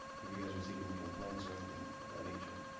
have you guys received any complaints or anything of that nature?